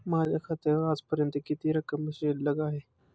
माझ्या खात्यावर आजपर्यंत किती रक्कम शिल्लक आहे?